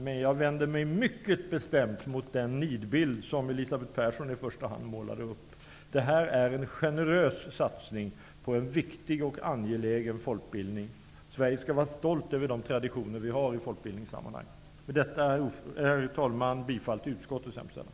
Men jag vänder mig mycket bestämt mot den nidbild som i första hand Elisabeth Persson målar upp. Det här är en generös satsning på en viktig och angelägen folkbildning. Sverige skall vara stolt över de traditioner som vi har i folkbildningssammanhang. Herr talman! Med det anförda yrkar jag bifall till utskottets hemställan.